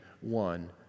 one